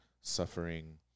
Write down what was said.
suffering